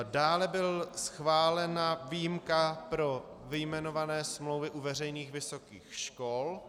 Dále byla schválena výjimka pro vyjmenované smlouvy u veřejných vysokých škol.